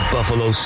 Buffalo